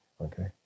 okay